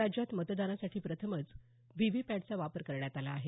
राज्यात मतदानासाठी प्रथमच व्हीव्हीपॅटचा वापर करण्यात आला आहे